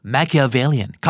Machiavellian